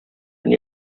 when